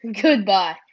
Goodbye